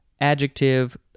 adjective